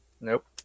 Nope